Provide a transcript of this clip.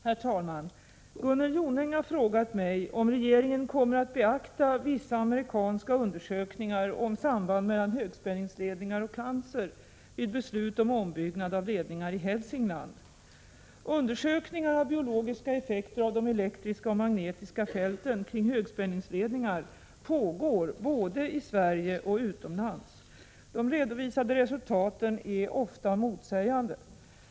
Herr talman! Gunnel Jonäng har frågat mig om regeringen kommer att beakta vissa amerikanska undersökningar om samband mellan högspänningsledningar och cancer vid beslut om ombyggnad av ledningar i Hälsingland. Undersökningar av biologiska effekter av de elektriska och magnetiska fälten kring högspänningsledningar pågår både i Sverige och utomlands. De redovisade resultaten är ofta motsägande.